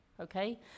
Okay